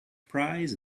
prize